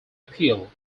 appeal